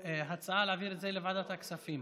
ההצעה היא להעביר את זה לוועדת הכספים,